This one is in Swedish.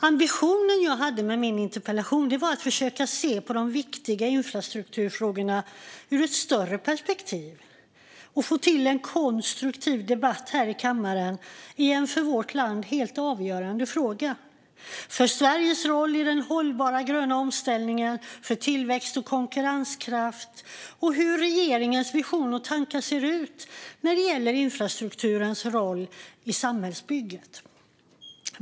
Ambitionen jag hade med min interpellation var att försöka se på de viktiga infrastrukturfrågorna ur ett större perspektiv och få till en konstruktiv debatt här i kammaren i en för vårt land helt avgörande fråga för Sveriges roll i den hållbara gröna omställningen och för tillväxt och konkurrenskraft. Jag undrar också hur regeringens vision och tankar ser ut när det gäller infrastrukturens roll i samhällsbygget.